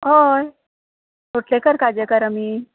हय लोटलीकर खाजेकार आमी